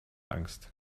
angst